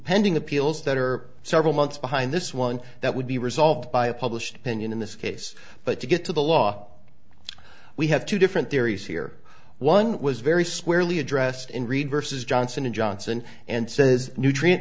pending appeals that are several months behind this one that would be resolved by a published opinion in this case but to get to the law we have two different theories here one was very squarely addressed in reid versus johnson and johnson and says nutrient